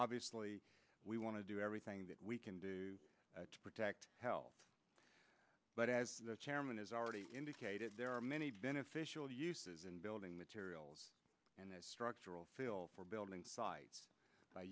obviously we want to do everything that we can to protect hell but as the chairman has already indicated there are many beneficial uses in building materials and structural steel for building sites by